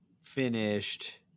finished